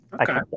okay